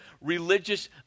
religious